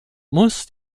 muss